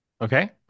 okay